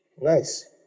Nice